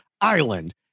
island